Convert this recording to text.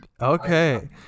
Okay